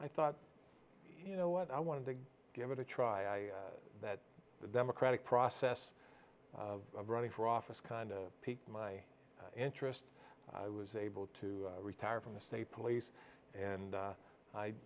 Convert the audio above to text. i thought you know what i wanted to give it a try that the democratic process of running for office kind piqued my interest i was able to retire from the state police and